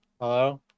Hello